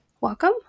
Welcome